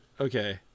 okay